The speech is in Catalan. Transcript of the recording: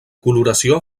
coloració